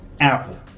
Apple